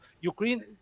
Ukraine